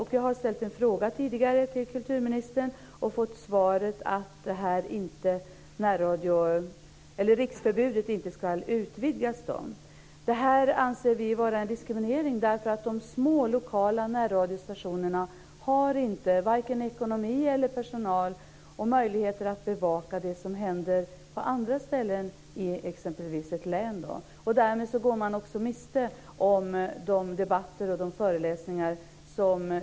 Jag har tidigare ställt en fråga till kulturministern och fått svaret att undantaget från riksförbudet inte ska utvidgas. Vi anser detta vara en diskriminering. De små lokala närradiostationerna har inte vare sig ekonomi, personal eller möjligheter att bevaka det som händer på andra ställen i exempelvis ett län. Därmed går de också miste om debatter och föreläsningar.